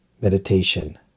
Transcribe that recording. meditation